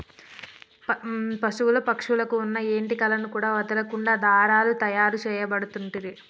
పశువుల పక్షుల కు వున్న ఏంటి కలను కూడా వదులకుండా దారాలు తాయారు చేయబడుతంటిరి